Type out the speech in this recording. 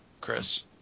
Chris